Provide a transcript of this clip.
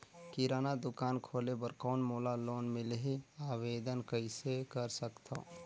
किराना दुकान खोले बर कौन मोला लोन मिलही? आवेदन कइसे कर सकथव?